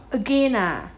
again ah